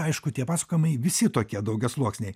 aišku tie pasakojimai visi tokie daugiasluoksniai